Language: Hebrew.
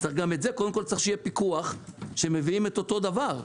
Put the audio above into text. צריך שיהיה פיקוח שמביאים אותו דבר.